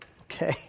Okay